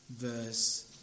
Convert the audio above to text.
verse